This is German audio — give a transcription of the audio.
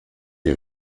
die